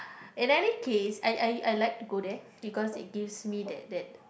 and any case I I I like to go there because it gives me that that